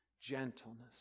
gentleness